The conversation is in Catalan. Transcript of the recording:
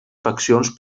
faccions